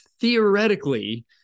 theoretically